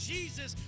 Jesus